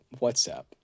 WhatsApp